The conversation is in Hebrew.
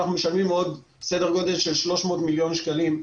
עוד סדר גודל של 300 מיליון שקלים,